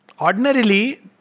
Ordinarily